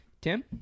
Tim